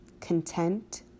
content